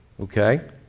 Okay